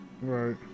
Right